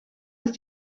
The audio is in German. ist